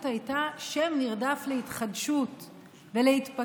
הייתה שם נרדף להתחדשות ולהתפתחות.